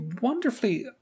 wonderfully